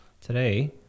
Today